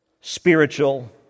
spiritual